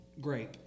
grape